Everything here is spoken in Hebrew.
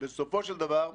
בסופו של דבר,